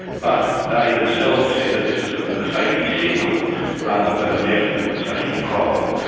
but they themselves said that this is a safety signal rather than a definite safety problem.